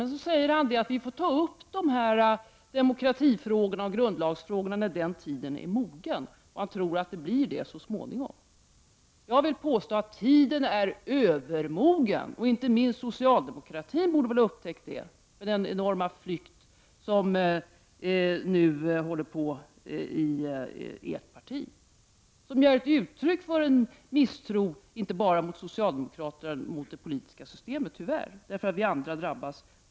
Hans Gustafsson säger att vi får ta upp demokratifrågorna och grundlagsfrågorna till behandling när tiden är mogen för det, och han tror att den så småningom blir det. Jag påstår att tiden är övermogen. Inte minst socialdemokratin borde ha upptäckt det med tanke på den pågående enorma flykten från partiet. Den är ett uttryck för en misstro inte bara mot socialdemokraterna utan tyvärr också mot det politiska systemet. Även vi andra drabbas.